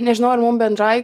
nežinau ar mum bendrai